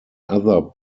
other